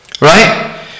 right